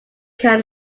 can